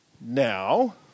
now